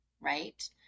Right